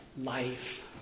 life